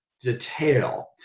detail